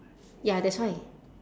ya that's why